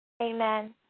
Amen